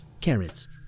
carrots